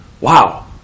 wow